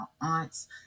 aunts